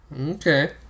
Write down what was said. Okay